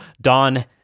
Don